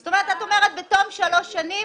זאת אומרת: את שואלת בתום שלוש שנים,